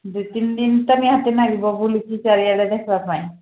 ଦୁଇ ତିନି ଦିନ ତ ନିହାତି ଲାଗିବ ବୁଲିକି ଚାରିଆଡ଼େ ଦେଖିବା ପାଇଁ